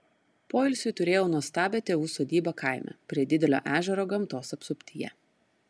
poilsiui turėjau nuostabią tėvų sodybą kaime prie didelio ežero gamtos apsuptyje